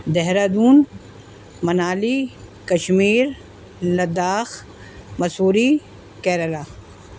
Dehradun Manali Kashmir Ladakh Mussoorie Kerala